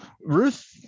Ruth